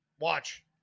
Watch